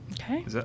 Okay